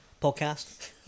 podcast